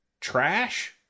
trash